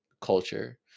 Culture